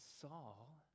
Saul